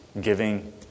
Giving